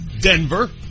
Denver